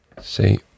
See